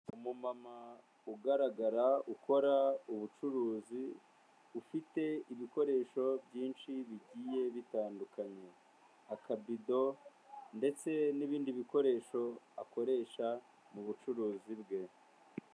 Umumama ugaragara ukora ubucuruzi, ufite ibikoresho byinshi bigiye bitandukanye, akabido ndetse n'ibindi bikoresho akoresha mu bucuruzi bwe.